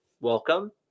welcome